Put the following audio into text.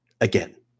again